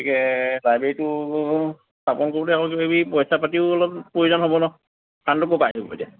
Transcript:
গতিকে লাইব্ৰেৰীটো স্থাপন কৰোঁতে পইচা পাতিও অলপ প্ৰয়োজন হ'ব ন হ'ব এতিয়া